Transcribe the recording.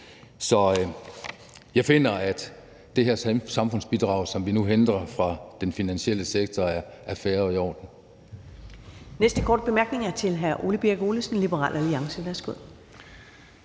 Så jeg finder, at det her samfundsbidrag, som vi nu henter fra den finansielle sektor, er fair og i orden.